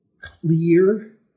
clear